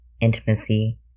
intimacy